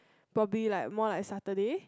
probably like more like Saturday